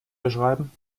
beschreiben